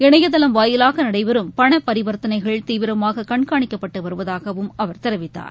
இணையதளம் வாயிலாக நடைபெறும் பணப் பரிவர்த்தளைகள் தீவிரமாக கண்காணிக்கப்பட்டு வருவதாகவும் அவர் தெரிவித்தார்